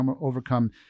overcome